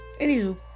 anywho